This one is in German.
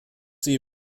sie